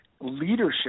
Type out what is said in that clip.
leadership